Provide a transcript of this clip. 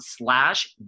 slash